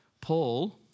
Paul